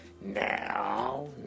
Now